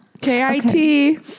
K-I-T